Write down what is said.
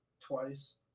Twice